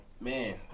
Man